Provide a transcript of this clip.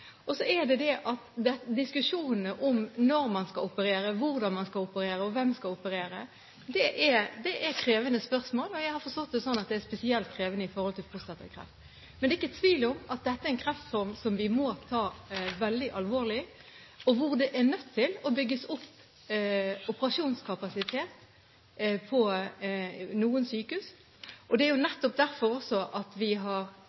Så er det diskusjonene om når man skal operere, hvordan man skal operere, og hvem som skal operere. Det er krevende spørsmål, og jeg har forstått det slik at det er spesielt krevende med hensyn til prostatakreft. Det er ikke tvil om at dette er en kreftform som vi må ta veldig alvorlig, og som vi er nødt til å bygge opp operasjonskapasitet for på noen sykehus. Det er nettopp derfor vi har